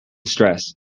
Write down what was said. stress